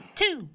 two